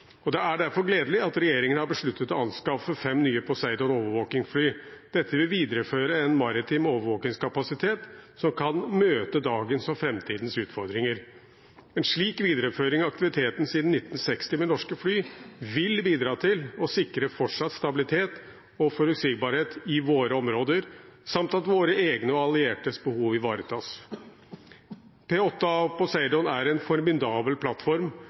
og det er derfor gledelig at regjeringen har besluttet å anskaffe fem nye Poseidon-overvåkingsfly. Dette vil videreføre en maritim overvåkingskapasitet som kan møte dagens og framtidens utfordringer. En slik videreføring av aktiviteten siden 1960 med norske fly vil bidra til å sikre fortsatt stabilitet og forutsigbarhet i våre områder samt at våre egne og alliertes behov ivaretas. P-8A Poseidon er en formidabel plattform